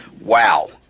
Wow